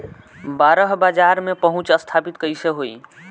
बाहर बाजार में पहुंच स्थापित कैसे होई?